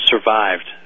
survived